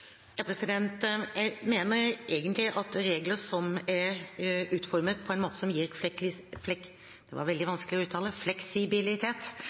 Jeg mener egentlig at reglene som er utformet på en måte som gir fleksibilitet, også gir et godt utgangspunkt for å gjøre endringer innholdsmessig. Det